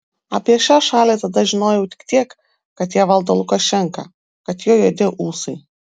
apie šią šalį tada žinojau tik tiek kad ją valdo lukašenka kad jo juodi ūsai